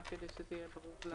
רק כדי שזה יהיה ברור.